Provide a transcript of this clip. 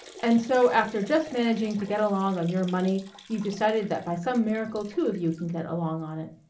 and so after just managing to get along on your money you've decided that by some miracle two of you can get along on it.